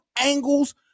angles